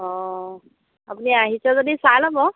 অঁ আপুনি আহিছে যদি চাই ল'ব